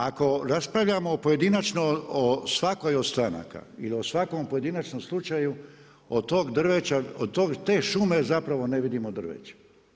Ako raspravljamo pojedinačno o svakoj od stranaka ili o svakom pojedinačnom slučaju od tog drveća, od te šume zapravo ne vidimo drveće.